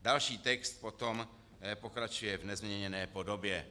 Další text potom pokračuje v nezměněné podobě.